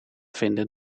vinden